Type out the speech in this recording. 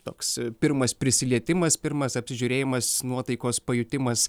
toks pirmas prisilietimas pirmas apsižiūrėjimas nuotaikos pajutimas